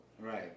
right